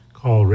call